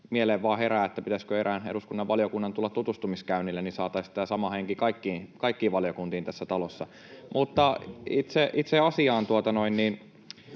Mieleen vain herää, pitäisikö erään eduskunnan valiokunnan tulla tutustumiskäynnille, niin että saataisiin tämä sama henki kaikkiin valiokuntiin tässä talossa. [Kimmo Kiljunen: